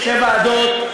שתי ועדות,